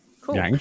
Cool